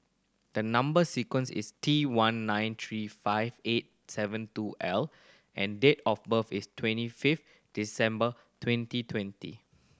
the number sequence is T one nine three five eight seven two L and date of birth is twenty fiftth December twenty twenty